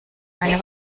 eine